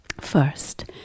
first